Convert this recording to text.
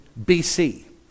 BC